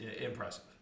impressive